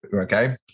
okay